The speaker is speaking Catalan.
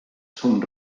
són